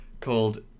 called